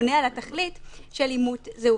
הוא לא עונה על התכלית של אימות זהות.